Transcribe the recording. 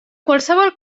qualsevol